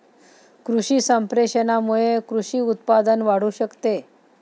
कृषी संप्रेषणामुळे कृषी उत्पादन वाढू शकते